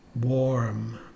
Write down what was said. warm